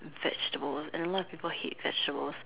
vegetables and a lot of people hate vegetables